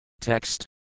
Text